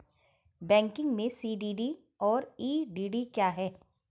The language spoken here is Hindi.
बैंकिंग में सी.डी.डी और ई.डी.डी क्या हैं?